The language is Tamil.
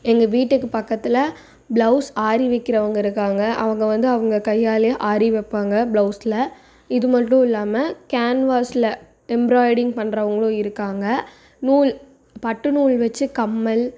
எங்க வீட்டுக்கு பக்கத்தில் பிளவுஸ் ஆரி விற்கிறவுங்க இருக்காங்க அவங்க வந்து அவங்க கையால் ஆரி வைப்பாங்க பிளவுஸில் இது மட்டும் இல்லாமல் கேன்வாஸில் எம்ப்ராய்டிங் பண்ணுறவுங்களும் இருக்காங்க நூல் பட்டு நூல் வச்சி கம்மல்